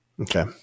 Okay